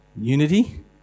Unity